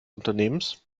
unternehmens